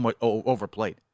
overplayed